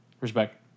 Respect